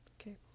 Okay